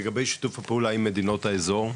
לגבי שיתוף הפעולה עם מדינות האזור - מצרים,